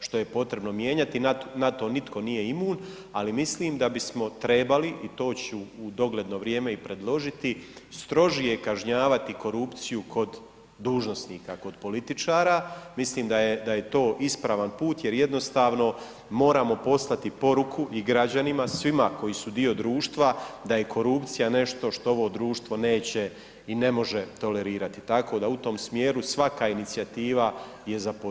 što je potrebno mijenjati, na to nitko nije imun ali mislim da bismo trebali i to ću dogledno vrijeme i predložiti strožije kažnjavati korupciju kod dužnosnika, kod političara, mislim da je to ispravan put jer jednostavno moramo poslati poruku i građanima, svima koji su dio društva da je korupcija nešto što ovo društvo neće i ne može tolerirati tako da u tom smjeru svaka inicijativa je za pozdraviti.